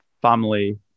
family